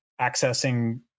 accessing